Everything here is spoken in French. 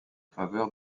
faveur